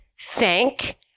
thank